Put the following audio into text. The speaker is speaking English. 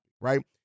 Right